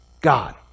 God